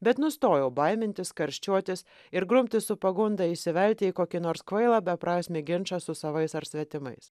bet nustojau baimintis karščiuotis ir grumtis su pagunda įsivelt į kokį nors kvailą beprasmį ginčą su savais ar svetimais